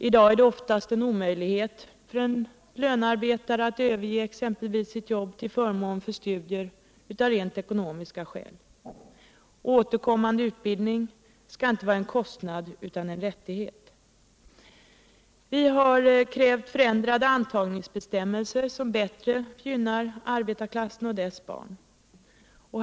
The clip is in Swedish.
I dag är det oftast en omöjlighet för exempelvis en lönarbetare att överge sitt jobb till förmån för studier av rent ekonomiska skäl. Återkommande utbildning skall inte vara en kostnad utan cen rättighet. Vi har krävt förändrade antagningsbestämmelser, som bättre gynnar arbetarklassen och dess barn.